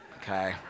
Okay